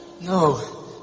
No